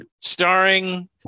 starring